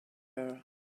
her